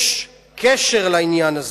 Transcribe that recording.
יש קשר לעניין הזה.